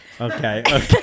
Okay